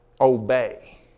Obey